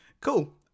cool